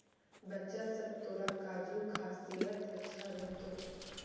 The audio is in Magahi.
बच्चा सब, तोरा काजू खा सेहत अच्छा रह तोक